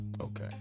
Okay